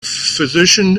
physician